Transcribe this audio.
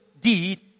deed